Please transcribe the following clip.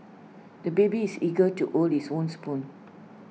the baby is eager to hold his own spoon